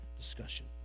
discussion